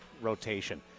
rotation